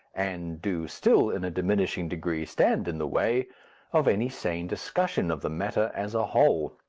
and do still, in a diminishing degree, stand in the way of any sane discussion of the matter as a whole.